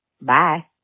Bye